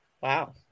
Wow